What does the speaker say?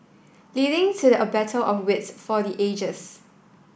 leading to a battle of wits for the ages